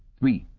three,